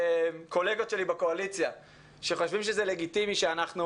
קולגות שלי בקואליציה שחושבים שזה לגיטימי שאנחנו